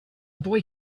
boy